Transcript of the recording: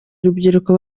urubyiruko